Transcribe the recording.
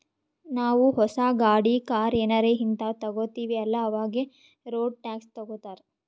ನಾವೂ ಹೊಸ ಗಾಡಿ, ಕಾರ್ ಏನಾರೇ ಹಿಂತಾವ್ ತಗೊತ್ತಿವ್ ಅಲ್ಲಾ ಅವಾಗೆ ರೋಡ್ ಟ್ಯಾಕ್ಸ್ ತಗೋತ್ತಾರ್